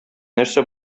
нәрсә